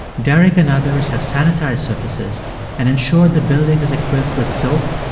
derek and others have sanitized surfaces and ensured the building is equipped with soap,